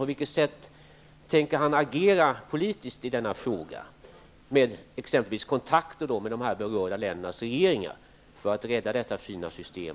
På vilket sätt tänker kommunikationsministern agera politiskt i denna fråga, t.ex. vid kontakter med de berörda ländernas regeringar, för att rädda detta fina system?